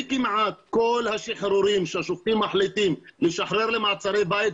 וכמעט כל השחרורים שהשופטים מחליטים לשחרר למעצרי בית,